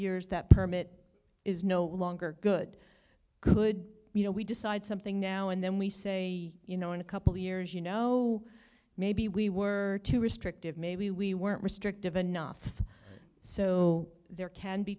years that permit is no longer good good you know we decide something now and then we say you know in a couple years you know maybe we were too restrictive maybe we weren't restrictive enough so there can be